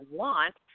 want